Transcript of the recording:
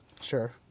Sure